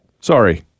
Sorry